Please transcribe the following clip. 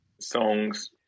songs